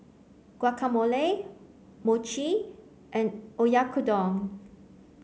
Guacamole Mochi and Oyakodon